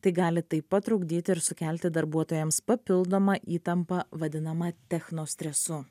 tai gali taip pat trukdyti ir sukelti darbuotojams papildomą įtampą vadinama techno stresu